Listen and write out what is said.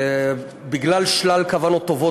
בגלל שלל כוונות טובות,